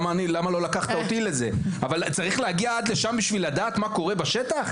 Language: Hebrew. אבל צריך להגיע עד לשם כדי להבין מה קורה בשטח?